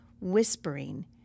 whispering